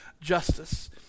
justice